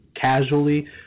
casually